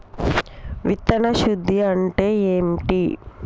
విత్తన శుద్ధి అంటే ఏంటి?